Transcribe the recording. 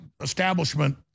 establishment